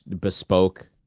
bespoke